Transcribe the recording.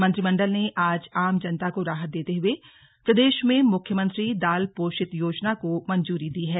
मंत्रिमंडल ने आज आम जनता को राहत देते हुए प्रदेश में मुख्यमंत्री दाल पोषित योजना को मंजूरी दी है